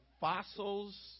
fossils